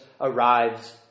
arrives